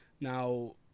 Now